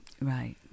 Right